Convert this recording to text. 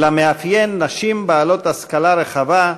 אלא מאפיין נשים בעלות השכלה רחבה,